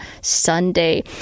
Sunday